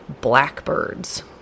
blackbirds